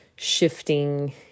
shifting